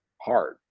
hard